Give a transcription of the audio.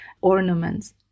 ornaments